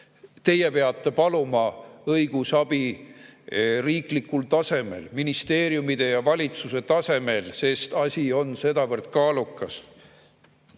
Teie peate paluma õigusabi riiklikul tasemel, ministeeriumide ja valitsuse tasemel, sest asi on sedavõrd kaalukas.